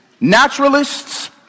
naturalists